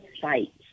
fight